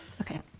Okay